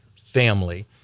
family